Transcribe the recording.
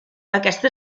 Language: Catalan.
aquesta